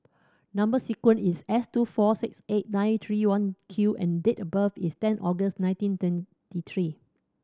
number sequence is S two four six eight nine three one Q and date of birth is ten August nineteen twenty three